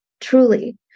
truly